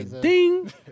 ding